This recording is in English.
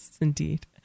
indeed